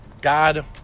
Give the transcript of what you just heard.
God